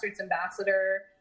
ambassador